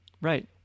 Right